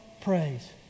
praise